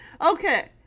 okay